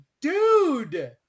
dude